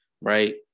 right